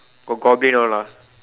got goblin all ah